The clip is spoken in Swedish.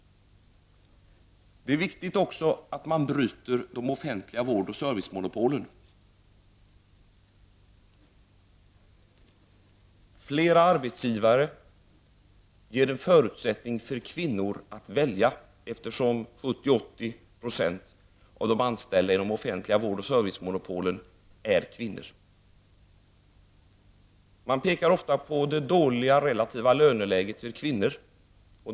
Det är också viktigt att man bryter de offentliga vård och servicemonopolen. Fler arbetsgivare ger en förutsättning för kvinnor att välja, eftersom 70-- 80 % av de anställda inom de offentliga vård och servicemonopolen är kvinnor. Man påpekar ofta att det relativa löneläget för kvinnor är dåligt.